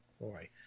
Boy